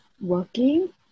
working